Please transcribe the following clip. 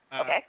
okay